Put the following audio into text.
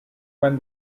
when